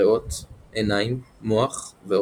ריאות, עיניים, מוח ועוד.